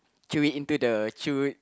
throw it into the chute